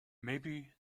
maybe